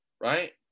Right